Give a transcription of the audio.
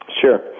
Sure